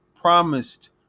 promised